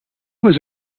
was